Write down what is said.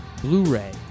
Blu-ray